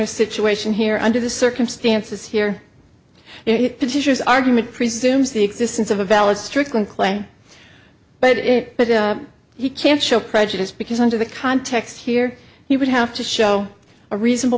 er situation here under the circumstances here it is argument presumes the existence of a valid stricklin clay but it but he can't show prejudice because under the context here he would have to show a reasonable